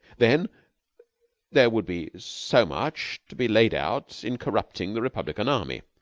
then there would be so much to be laid out in corrupting the republican army.